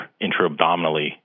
intra-abdominally